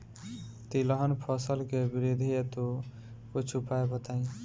तिलहन फसल के वृद्धि हेतु कुछ उपाय बताई?